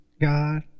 God